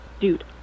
Dude